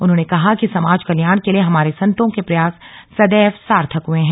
उन्होंने कहा कि समाज कल्याण के लिये हमारे संतो के प्रयास सदैव सार्थक हुए हैं